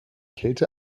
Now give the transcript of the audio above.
kälte